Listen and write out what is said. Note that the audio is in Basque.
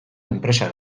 enpresa